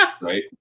right